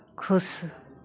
खुश